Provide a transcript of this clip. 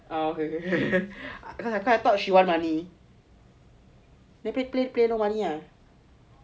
okay okay I thought she want money play no money ah